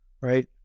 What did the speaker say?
right